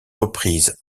reprises